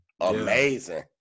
amazing